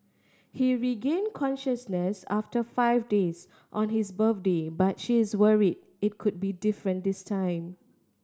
he regained consciousness after five days on his birthday but she's worried it could be different this time